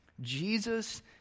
Jesus